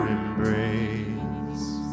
embrace